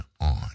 on